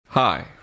Hi